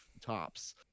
tops